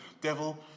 devil